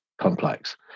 complex